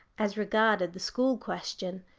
as regarded the school question.